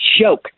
joke